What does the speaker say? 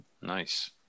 Nice